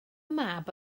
mab